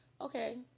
okay